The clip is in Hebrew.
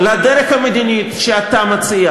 לא הידידה הגדולה שלנו,